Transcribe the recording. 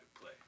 play